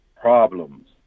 problems